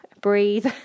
breathe